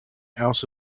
out